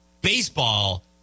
baseball